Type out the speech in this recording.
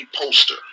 poster